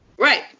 Right